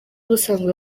ubusanzwe